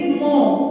more